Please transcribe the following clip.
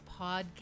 Podcast